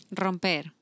Romper